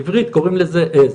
בעברית קוראים לזה עז.